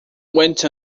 went